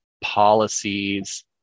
policies